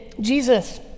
Jesus